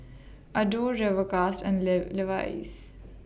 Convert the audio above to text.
Adore Rivercrest and Levi's